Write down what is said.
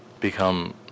become